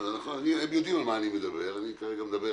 אני שואל